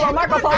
yeah marco!